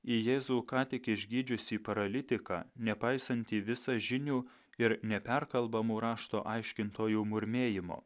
į jėzų ką tik išgydžiusį paralitiką nepaisantį visažinių ir neperkalbamų rašto aiškintojų murmėjimo